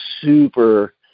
super